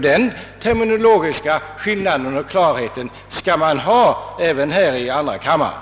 Denna terminologiska skillnad skall man ha klar för sig även här i andra kammaren.